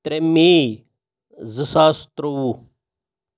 ترٛےٚ مئی زٕ ساس ترٛۆوُہ